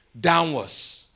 downwards